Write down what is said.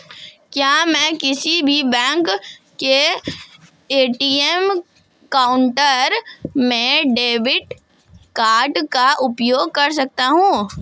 क्या मैं किसी भी बैंक के ए.टी.एम काउंटर में डेबिट कार्ड का उपयोग कर सकता हूं?